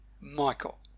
Michael